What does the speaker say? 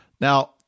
Now